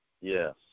Yes